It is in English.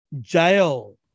jail